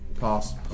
Pass